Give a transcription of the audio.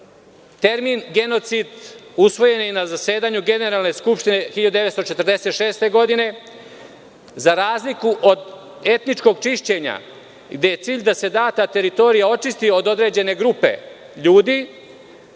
genocid usvojen je na zasedanju Generalne skupštine 1946. godine za razliku od etničkog čišćenja, gde je cilj da se data teritorija očisti od određene grupe ljudi,